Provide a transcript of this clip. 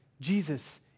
Jesus